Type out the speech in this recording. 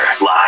Live